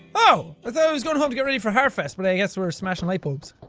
oh! i thought i was going home to get ready for harfest but i guess we're smashing light bulbs.